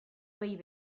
pair